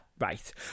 Right